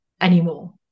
anymore